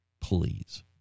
Please